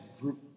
group